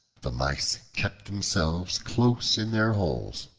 the mice kept themselves close in their holes.